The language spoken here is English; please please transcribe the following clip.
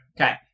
Okay